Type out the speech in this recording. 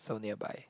so nearby